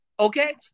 Okay